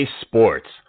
Sports